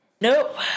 Nope